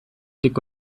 dick